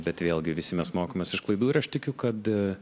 bet vėlgi visi mes mokomės iš klaidų ir aš tikiu kad